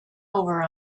over